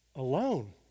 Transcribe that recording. alone